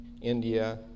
India